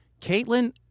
Caitlin